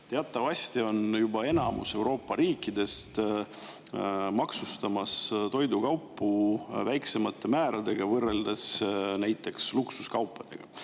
Teatavasti maksustab juba enamik Euroopa riikidest toidukaupu väiksemate määradega võrreldes näiteks luksuskaupadega.